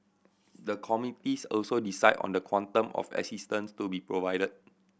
the committees also decide on the quantum of assistance to be provided